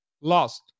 lost